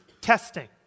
testing